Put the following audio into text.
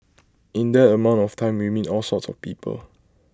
in that amount of time we meet all sorts of people